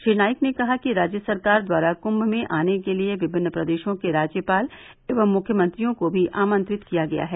श्री नाईक ने कहा कि राज्य सरकार द्वारा कुंम में आने के लिये विभिन्न प्रदेशों के राज्यपाल एवं मुख्यमंत्रियों को भी आमंत्रित किया गया है